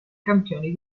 campioni